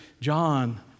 John